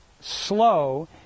slow